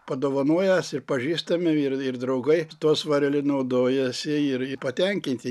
padovanojęs ir pažįstamiem ir ir draugai tuo svareliu naudojasi ir patenkinti